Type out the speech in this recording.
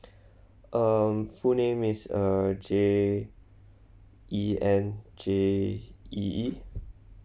um full name is err J E N J E E